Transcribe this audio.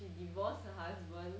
you divorced her husband